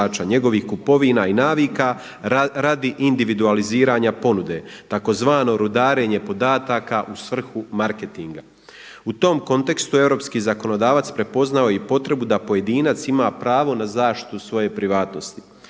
njegovih kupovina i navika radi individualiziranja ponude, tzv. rudarenje podataka u svrhu marketinga. U tom kontekstu europski zakonodavac prepoznao je i potrebu da pojedinac ima pravo na zaštitu svoje privatnosti.